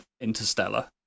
Interstellar